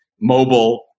mobile